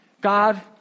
god